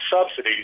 subsidies